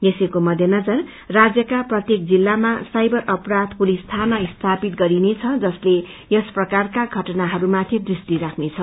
यसको थालनी राज्यको प्रत्येक जिल्लामा साइबर अपराध पुलिस थाना स्थापित गरिनेछ जसले यसप्रकारका घटनास्माथि दृष्टि रानेछ